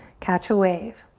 catch a wave.